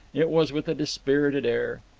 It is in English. it was with a dispirited air.